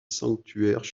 sanctuaires